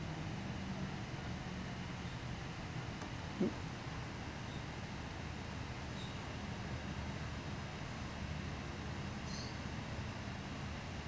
mm